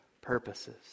purposes